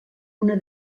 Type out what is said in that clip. una